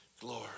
Glory